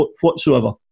whatsoever